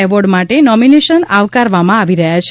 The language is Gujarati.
એવોર્ડ માટે નોમિનેશન આવકારવામાં આવી રહ્યા છે